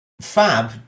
Fab